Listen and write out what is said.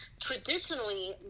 traditionally